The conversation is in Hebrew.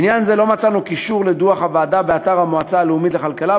לעניין זה לא מצאנו קישור לדוח הוועדה באתר המועצה הלאומית לכלכלה,